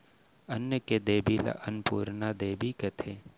अन्न के देबी ल अनपुरना देबी कथें